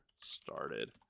started